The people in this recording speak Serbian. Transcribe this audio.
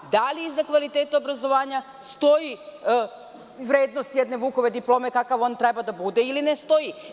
Da li iza kvaliteta obrazovanja stoji vrednost jedne Vukove diplome, kakav on treba da bude ili ne stoji?